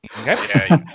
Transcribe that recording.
Okay